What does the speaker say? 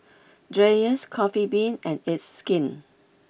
Dreyers Coffee Bean and it's skin